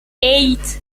eight